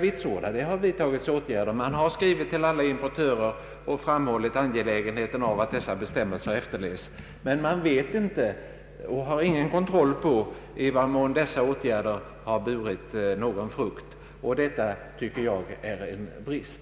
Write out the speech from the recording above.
vitsorda att det har vidtagits åtgärder — alla importörer har tillskrivits med framhållande av angelägenheten av att bestämmelserna efterlevs — men det har inte gjorts någon kontroll av i vad mån dessa åtgärder har burit frukt, och detta tycker jag är en brist.